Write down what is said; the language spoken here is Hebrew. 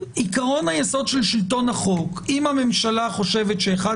עיקרון היסוד של שלטון החוק הוא שאם הממשלה חושבת שאחד